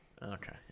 Okay